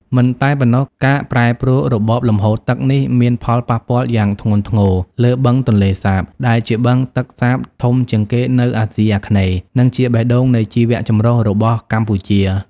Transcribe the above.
មិនតែប៉ុណ្ណោះ ការប្រែប្រួលរបបលំហូរទឹកនេះមាន ផលប៉ះពាល់យ៉ាងធ្ងន់ធ្ងរលើបឹងទន្លេសាប ដែលជាបឹងទឹកសាបធំជាងគេនៅអាស៊ីអាគ្នេយ៍ និងជាបេះដូងនៃជីវៈចម្រុះរបស់កម្ពុជា។